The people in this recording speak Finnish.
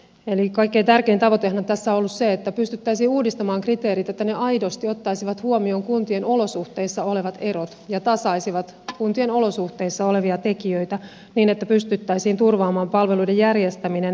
eli kaikkein tärkein tavoitehan on tässä ollut se että pystyttäisiin uudistamaan kriteerit että ne aidosti ottaisivat huomioon kuntien olosuhteissa olevat erot ja tasaisivat kuntien olosuhteissa olevia tekijöitä niin että pystyttäisiin turvaamaan palveluiden järjestäminen vos järjestelmän kautta